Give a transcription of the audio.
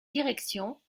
directions